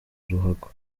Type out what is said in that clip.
ruhago